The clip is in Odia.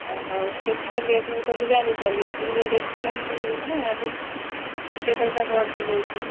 ଅ ହଉ କେତେ ଲେଟ୍ ହବ ତ ମୁଁ ଜାଣିପାରୁନି କିନ୍ତୁ ମୁଁ ବ୍ୟସ୍ତତା ଭିତରେ ରହିବି ନା ମୁଁ ଏତେ ଟଙ୍କା ବନ୍ଦ ହେଇଯାଉଛି